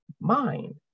mind